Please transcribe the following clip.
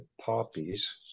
poppies